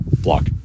block